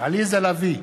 עליזה לביא,